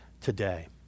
today